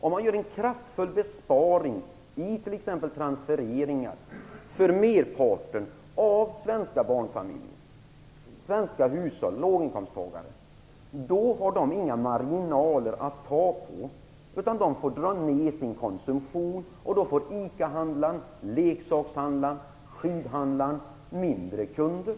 Om man gör kraftfulla besparingar i t.ex. transfereringarna för merparten av de svenska barnfamiljerna, hushållen och låginkomsttagarna har de inga marginaler. De får dra ner på sin konsumtion. Då får ICA-handlaren, leksakshandlaren och skivhandlaren färre kunder.